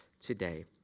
today